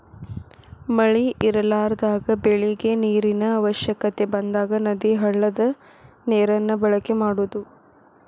ಮಳಿ ಇರಲಾರದಾಗ ಬೆಳಿಗೆ ನೇರಿನ ಅವಶ್ಯಕತೆ ಬಂದಾಗ ನದಿ, ಹಳ್ಳದ ನೇರನ್ನ ಬಳಕೆ ಮಾಡುದು